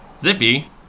Zippy